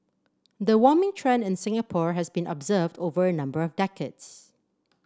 the warming trend in Singapore has been observed over a number of decades